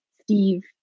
Steve